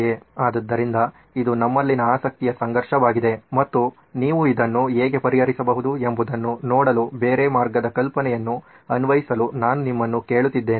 ಆದ್ದರಿಂದ ಇದು ನಮ್ಮಲ್ಲಿನ ಆಸಕ್ತಿಯ ಸಂಘರ್ಷವಾಗಿದೆ ಮತ್ತು ನೀವು ಇದನ್ನು ಹೇಗೆ ಪರಿಹರಿಸಬಹುದು ಎಂಬುದನ್ನು ನೋಡಲು ಬೇರೆ ಮಾರ್ಗದ ಕಲ್ಪನೆಯನ್ನು ಅನ್ವಯಿಸಲು ನಾನು ನಿಮ್ಮನ್ನು ಕೇಳುತ್ತಿದ್ದೇನೆ